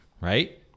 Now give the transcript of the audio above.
right